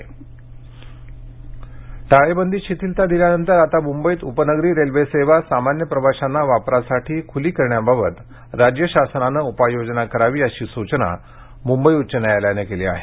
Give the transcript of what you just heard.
उच्च न्यायालय टाळेबंदीत शिथिलता दिल्यानंतर आता मुंबईत उपनगरी रेल्वेसेवा सामान्य प्रवाशांना वापरासाठी खुली करण्याबाबत राज्य शासनानं उपाय योजना करावी अशी सूचना मुंबई उच्च न्यायालयानं केली आहे